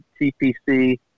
TPC